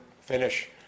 finish